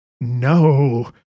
no